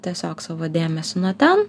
tiesiog savo dėmesį nuo ten